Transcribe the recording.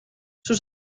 sus